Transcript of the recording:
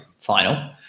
final